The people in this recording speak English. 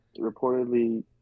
reportedly